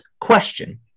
question